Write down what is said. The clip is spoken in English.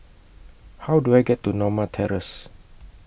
How Do I get to Norma Terrace